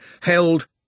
held